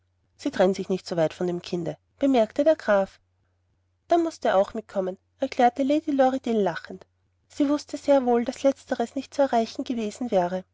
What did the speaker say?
sie trennt sich nicht so weit von dem kinde bemerkte der graf dann muß der auch mitkommen erklärte lady lorridaile lachend sie wußte sehr wohl daß letzteres nicht zu erreichen gewesen wäre